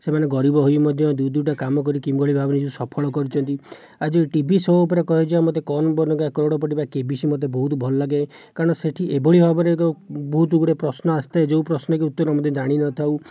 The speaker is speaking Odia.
ସେମାନେ ଗରିବ ହୋଇ ମଧ୍ୟ ଦୁଇ ଦୁଇଟା କାମ କରି କିଭଳି ଭାବରେ ନିଜକୁ ସଫଳ କରିଛନ୍ତି ଆଉ ଯେଉଁ ଟିଭି ସୋ ଉପରେ କୁହାଯିବ ମୋତେ କୌନ ବନେଗା କରୋଡ଼ପତି ବା କେବିସି ମୋତେ ବହୁତ ଭଲଲାଗେ କାରଣ ସେଠି ଏଭଳି ଭାବରେ ଏକ ବହୁତ ଗୁଡ଼ାଏ ପ୍ରଶ୍ନ ଆସିଥାଏ ଯେଉଁ ପ୍ରଶ୍ନର କି ଉତ୍ତର ମଧ୍ୟ ଜାଣିନଥାଉ